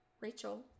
Rachel